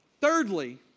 Thirdly